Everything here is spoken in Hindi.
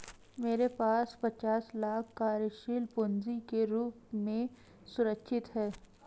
मेरे पास पचास लाख कार्यशील पूँजी के रूप में सुरक्षित हैं